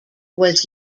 was